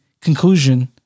conclusion